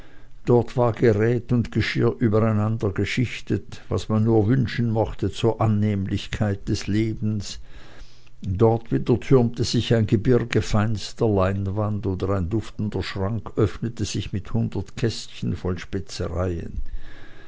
dort war geräte und geschirr übereinandergeschichtet was man nur wünschen mochte zur annehmlichkeit des lebens dort wieder türmte sich ein gebirge feiner leinwand oder ein duftender schrank öffnete sich mit hundert kästchen voll